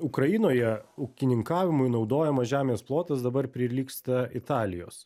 ukrainoje ūkininkavimui naudojamas žemės plotas dabar prilygsta italijos